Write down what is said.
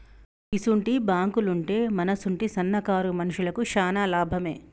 గిసుంటి బాంకులుంటే మనసుంటి సన్నకారు మనుషులకు శాన లాభమే